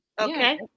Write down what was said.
Okay